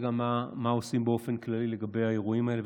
היא הייתה גם מה עושים באופן כללי לגבי האירועים האלה,